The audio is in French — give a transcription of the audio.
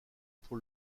pour